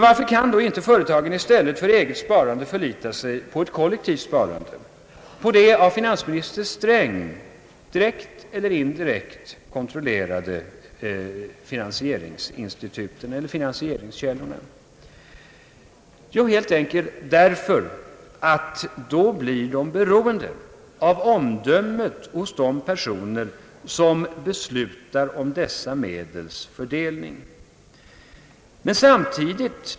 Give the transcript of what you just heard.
Varför kan då inte företagen i stället för att ha eget sparande förlita sig på kollektivt sparande, på de av finansminister Sträng direkt eller indirekt kontrollerade finansieringskällorna? Jo, helt enkelt därför att de då blir mer beroende av omdömet hos de personer som beslutar om dessa medels fördelning.